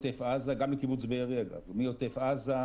גם לקיבוץ בארי, אגב מעוטף עזה,